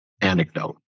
anecdote